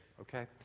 Okay